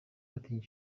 atinya